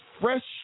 fresh